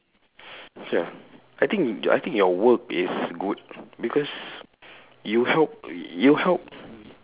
ya I think y~ I think your work is good because you help y~ you help